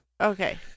Okay